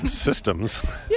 Systems